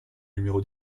numéro